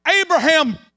Abraham